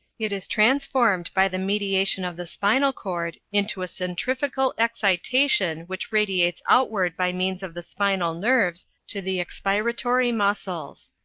it is transformed by the mediation of the spinal cord into a centrifugal excitation which radiates outward by means of the spinal nerves to the expiratory muscles.